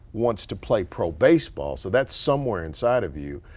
wants to play pro-baseball. so that's some where inside of you.